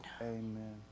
Amen